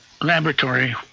laboratory